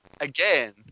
again